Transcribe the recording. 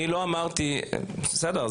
בסדר,